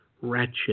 wretched